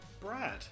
Brad